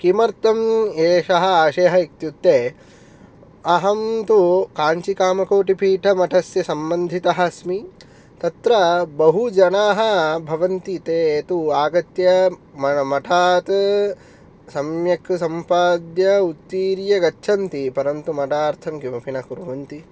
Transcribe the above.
किमर्थं एषः आशयः इत्युक्ते अहं तु काञ्जिकामकोटिपीठमठस्य सम्बन्धितः अस्मि तत्र बहुजनाः भवन्ति ते तु आगत्य म मठात् सम्यक् सम्पाद्य उत्तीर्य गच्छन्ति परन्तु मठार्थं किमपि न कुर्वन्ति